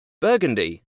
Burgundy